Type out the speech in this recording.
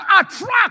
attract